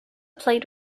played